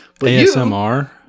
ASMR